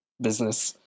business